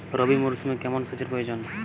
রবি মরশুমে কেমন সেচের প্রয়োজন?